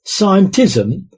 Scientism